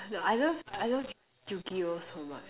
no I love I love yu-gi-oh so much